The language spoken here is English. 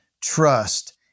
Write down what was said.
trust